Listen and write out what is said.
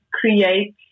create